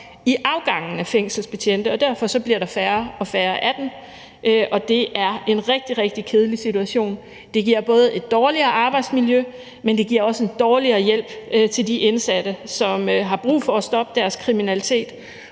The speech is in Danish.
i afgangen af fængselsbetjente, og derfor bliver der færre og færre af dem, og det er en rigtig, rigtig kedelig situation, for det giver både et dårligere arbejdsmiljø, og det giver også en dårligere hjælp til de indsatte, som har brug for at stoppe deres kriminalitet,